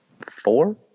four